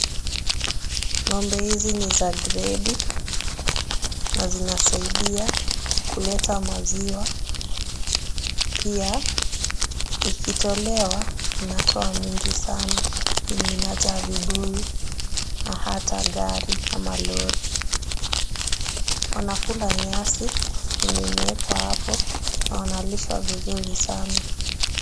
Ng'ombe hizi ni za gredi na zinasaidi kuleta maziwa. Pia ikitolewa inatoa mingi sana yenye inajaa vibuyu na hata gari ama lori. Wanakula nyasi yenye imewekwa hapo na wanalishwa vizuri sana.